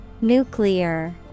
Nuclear